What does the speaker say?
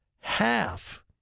Half